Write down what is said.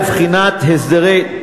על הקמת ועדה לבחינת הסדרי,